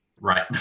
Right